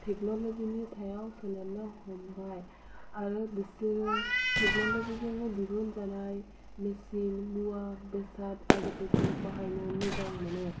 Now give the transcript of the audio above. थेक्न'लजिनि सायाव सोनारनो हमबाय आरो बिसोरो थेक्नल'जिजोंनो दिहुनजानाय मेसिन मुवा बेसाद आरिफोरखौ बाहायनो मोजां मोनो